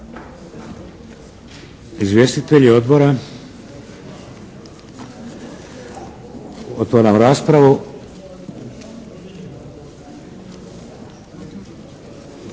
Izvjestitelji odbora? Otvaram raspravu.